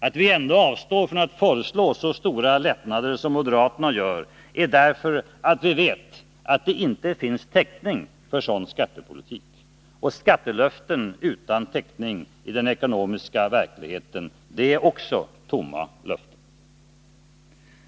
Att vi ändå avstår från att föreslå så stora lättnader som moderaterna gör är därför att vi vet att det inte finns täckning för en sådan skattepolitik. Och skattelöften utan täckning i den ekonomiska verkligheten är också tomma löften.